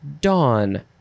dawn